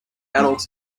adults